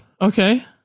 okay